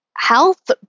health